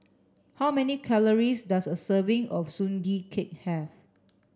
how many calories does a serving of Sugee Cake have